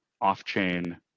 off-chain